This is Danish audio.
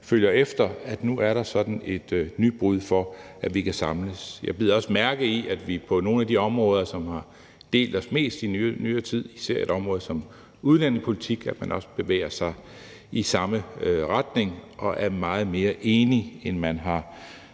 følger efter, og der er nu sådan et nybrud for, at vi kan samles. Jeg bider også mærke i, at man på nogle af de områder, som har delt os mest i nyere tid, især et område som udlændingepolitik, bevæger sig i samme retning, og at man er meget mere enige, end man har